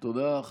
תודה.